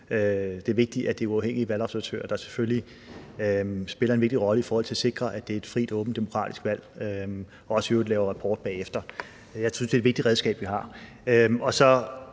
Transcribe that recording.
Det er vigtigt, at det er uafhængige valgobservatører, der selvfølgelig spiller en vigtig rolle i forhold til at sikre, at det er et frit og åbent demokratisk valg, og i øvrigt også laver rapport bagefter. Jeg synes, det er et vigtigt redskab, vi har. Så